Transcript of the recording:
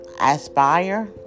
aspire